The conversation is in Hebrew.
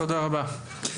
תודה רבה.